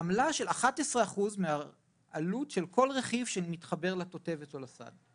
עמלה של 11% מהעלות של כל רכיב שמתחבר לתותבת או לסד.